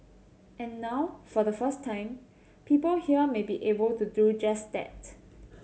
and now for the first time people here may be able to do just that